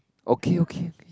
okay okay